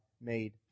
made